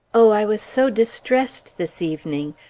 oh i was so distressed this evening!